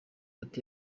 ati